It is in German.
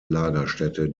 lagerstätte